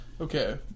Okay